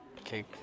Okay